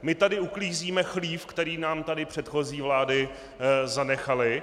My tady uklízíme chlív, který nám tady předchozí vlády zanechaly.